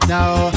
Now